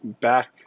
Back